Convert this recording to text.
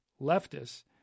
leftists